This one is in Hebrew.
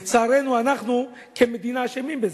לצערנו, אנחנו, כמדינה, אשמים בזה.